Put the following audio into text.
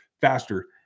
faster